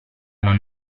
non